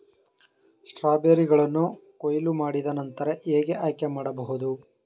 ಸ್ಟ್ರಾಬೆರಿಗಳನ್ನು ಕೊಯ್ಲು ಮಾಡಿದ ನಂತರ ಹೇಗೆ ಆಯ್ಕೆ ಮಾಡಬಹುದು?